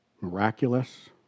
miraculous